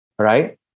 Right